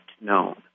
known